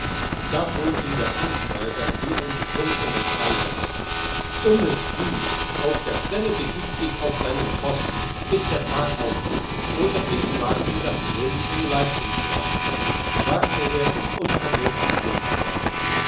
da fuhr ihn der amtsschreiber wie ein betrunkener heide an dummes vieh auf der stelle begib dich auf deinen posten bis der tag aufgeht oder ich schlage dir das gehirn im leib entzwei sagte er im unvernünftigen zorn